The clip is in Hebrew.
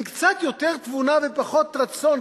עם קצת יותר תבונה ופחות רצון,